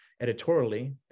Editorially